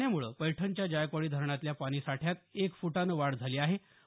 या पाण्याम्ळे पैठणच्या जायकवाडी धरणातल्या पाणीसाठ्यात एक फुटानं वाढ झाली आहे